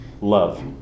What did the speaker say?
Love